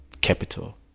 capital